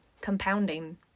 compounding